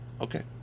Okay